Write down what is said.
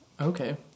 Okay